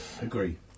agree